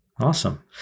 Awesome